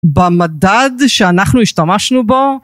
במדד שאנחנו השתמשנו בו